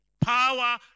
power